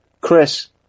Chris